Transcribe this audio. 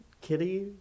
Kitty